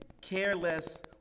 careless